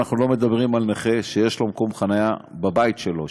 אנחנו לא מדברים על נכה שיש לו מקום חניה בבית שלו,